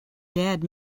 dad